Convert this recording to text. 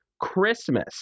Christmas